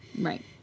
Right